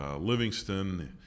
livingston